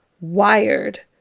wired